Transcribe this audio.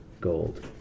gold